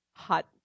hot